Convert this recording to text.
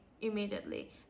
immediately